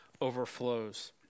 overflows